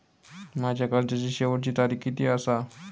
माझ्या कर्जाची शेवटची तारीख किती आसा?